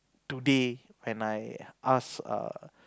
today when I ask err